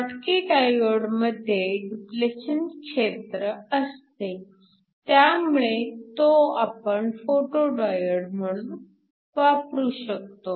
Schottky डायोडमध्ये depletion क्षेत्र असते त्यामुळे तो आपण फोटो डायोड म्हणून वापरू शकतो